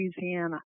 Louisiana